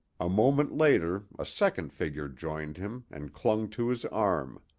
a moment later a second figure joined him and clung to his arm.